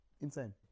Insane